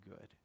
good